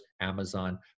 Amazon